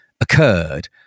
occurred